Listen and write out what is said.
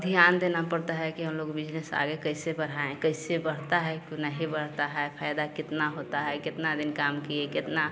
ध्यान देना पड़ता है कि हम लोग बिजनिस आगे कैसे बढ़ाएं कैसे बढ़ता है कि नहीं बढ़ता है फायदा कितना होता है कितना दिन काम किए कितना